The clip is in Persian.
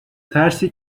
ترسی